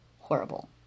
horrible